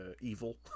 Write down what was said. evil